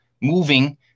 moving